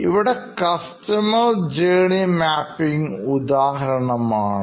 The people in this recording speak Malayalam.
ഇവിടെ കസ്റ്റമർ ജേർണി മാപ്പിംഗ്ഉ ദാഹരണമാണ്